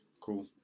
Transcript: Cool